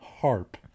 Harp